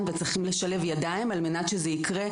וצריכים לשלב ידיים על מנת שזה יקרה,